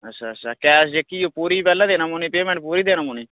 अच्छा अच्छा कैश जेह्की ओह् पूरी पैह्लें देना पौनी पेमेंट पूरी देना पौनी